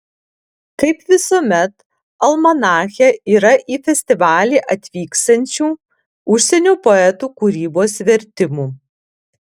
kaip visuomet almanache yra į festivalį atvyksiančių užsienio poetų kūrybos vertimų